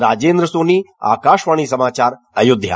राजेंद्र सोनी आकाशवाणी समाचार अयोध्या